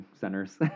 centers